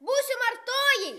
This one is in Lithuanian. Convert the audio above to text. būsim artojai